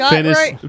Finish